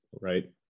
right